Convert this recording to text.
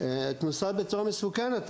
את נוסעת בצורה מסוכנת.